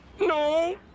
No